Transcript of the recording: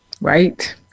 Right